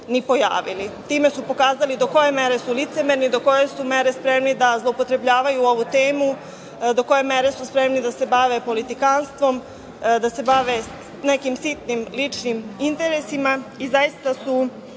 bi ni pojavili. Time su pokazali do koje mere su licemerni, do koje su mere spremni da zloupotrebljavaju ovu temu, do koje mere su spremni da se bave politikanstvom, da se bave nekim sitnim, ličnim interesima i zaista su